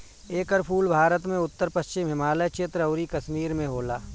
एकर फूल भारत में उत्तर पश्चिम हिमालय क्षेत्र अउरी कश्मीर में होला